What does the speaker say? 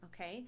okay